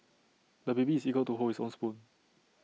the baby is eager to hold his own spoon